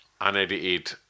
unedited